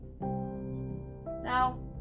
now